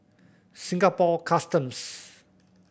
Singapore Customs